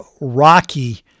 rocky